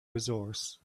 resource